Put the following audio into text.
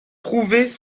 trouvées